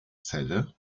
celle